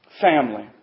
Family